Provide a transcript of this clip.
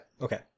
okay